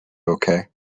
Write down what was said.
okay